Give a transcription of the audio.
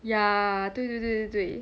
ya 对对对对